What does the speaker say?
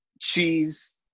cheese